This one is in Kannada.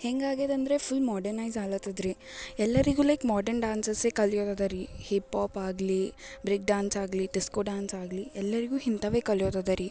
ಹೆಂಗಾಗಿದೆ ಅಂದರೆ ಫುಲ್ ಮಾಡ್ರನೈಸ್ ಆಗತದ್ರಿ ಎಲ್ಲರಿಗು ಲೈಕ್ ಮಾಡ್ರನ್ ಡ್ಯಾನ್ಸಸಸೇ ಕಲಿಯೋದರಿ ಹಿಪೊಪ್ ಆಗಲಿ ಬ್ರೇಕ್ ಡಾನ್ಸ್ ಆಗಲಿ ಡಿಸ್ಕೋ ಡಾನ್ಸ್ ಆಗ್ಲಿ ಎಲ್ಲರಿಗು ಇಂಥವೆ ಕಲಿಯೋರದರಿ